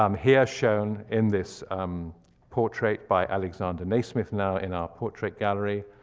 um here shown in this portrait by alexander nasmyth, now in our portrait gallery.